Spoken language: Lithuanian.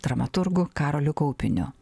dramaturgu karoliu kaupiniu